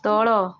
ତଳ